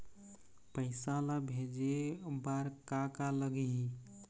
पैसा ला भेजे बार का का लगही?